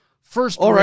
First